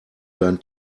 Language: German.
dein